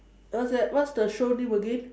what's that what's the show name again